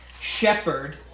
Shepherd